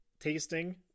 tasting